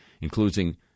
including